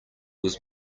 was